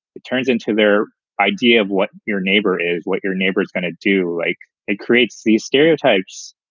it turns into their idea of what your neighbor is, what your neighbor is going to do. like, it creates these stereotypes.